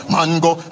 Mango